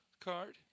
card